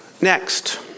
Next